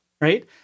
Right